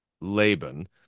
laban